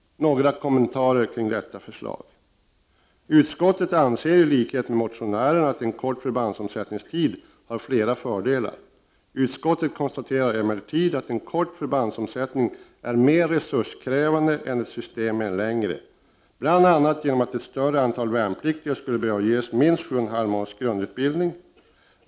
Några kommentarer omkring detta förslag. Utskottet anser i likhet med motionärerna att kort förbandsomsättningstid har flera fördelar. Utskottet konstaterar emellertid att kort förbandsomsättningstid är mer resurskrävande än ett system med en längre omsättningstid, bl.a. genom att ett större antal värnpliktiga skulle behöva ges minst 7,5 månaders grundutbildning.